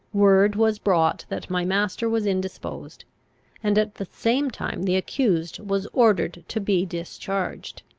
word was brought that my master was indisposed and, at the same time, the accused was ordered to be discharged.